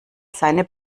seine